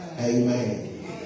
Amen